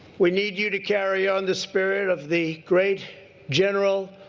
we need you to carry on the spirit of the great general,